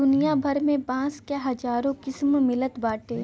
दुनिया भर में बांस क हजारो किसिम मिलत बाटे